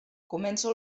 començo